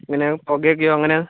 പിന്നെ പുകയൊക്കെയോ അങ്ങനെ